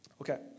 Okay